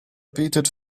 bietet